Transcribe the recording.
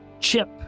chip